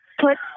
Put